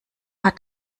hat